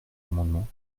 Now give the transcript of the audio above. amendement